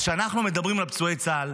אז כשאנחנו מדברים על פצועי צה"ל,